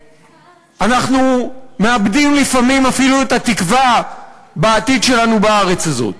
ואנחנו מאבדים לפעמים אפילו את התקווה בעתיד שלנו בארץ הזאת.